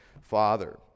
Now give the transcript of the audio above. father